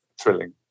thrilling